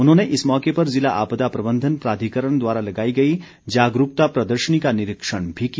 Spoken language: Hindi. उन्होंने इस मौके पर जिला आपदा प्रबंधन प्राधिकरण द्वारा लगाई गई जागरूकता प्रदर्शनी का निरीक्षण भी किया